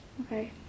Okay